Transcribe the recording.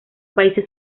países